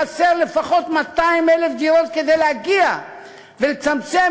חסרות לפחות 200,000 דירות כדי להגיע ולצמצם,